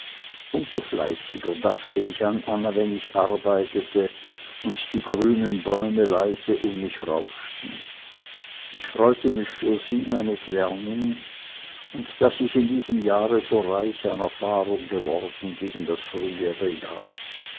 so fleißiger dachte ich an anna wenn ich arbeitete und die grünen bäume leise um mich rauschten ich freute mich für sie meines lernens und daß ich in diesem jahre so reich an erfahrung geworden gegen das frühere jahr